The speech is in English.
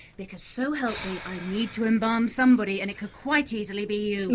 because, so help me, i need to embalm somebody, and it could quite easily be you.